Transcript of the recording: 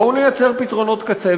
בואו נייצר פתרונות קצה,